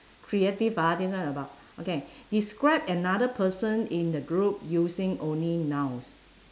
creative ah this one about okay describe another person in the group using only nouns